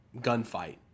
gunfight